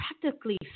practically